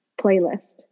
playlist